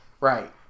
Right